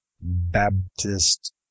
Baptist